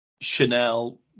Chanel